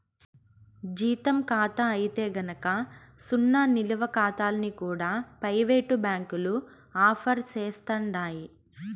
జీతం కాతా అయితే గనక సున్నా నిలవ కాతాల్ని కూడా పెయివేటు బ్యాంకులు ఆఫర్ సేస్తండాయి